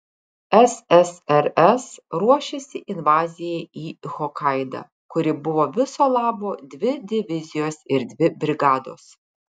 ssrs ruošėsi invazijai į hokaidą kuri buvo viso labo dvi divizijos ir dvi brigados